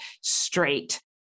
straight